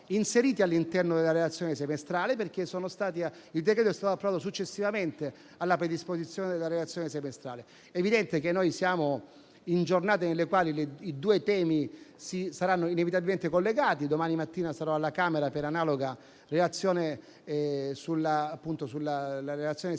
inserita all'interno della relazione semestrale, perché detto decreto è stato approvato successivamente alla predisposizione della relazione semestrale. È evidente che siamo in giornate nelle quali i due temi saranno inevitabilmente collegati: domani mattina sarò alla Camera per riferire anche in quella